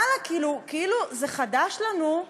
ואללה, כאילו זה חדש לנו,